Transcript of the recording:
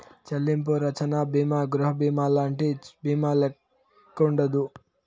చెల్లింపు రచ్చన బీమా గృహబీమాలంటి బీమాల్లెక్కుండదు